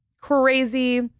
crazy